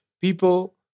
people